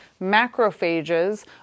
macrophages